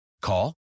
Call